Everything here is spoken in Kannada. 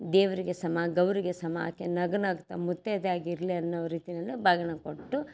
ದೇವರಿಗೆ ಸಮ ಗೌರಿಗೆ ಸಮ ಆಕೆ ನಗು ನಗ್ತಾ ಮುತ್ತೈದೆಯಾಗಿರಲಿ ಅನ್ನೋ ರೀತಿನಲ್ಲಿ ಬಾಗಿನ ಕೊಟ್ಟು